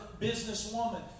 businesswoman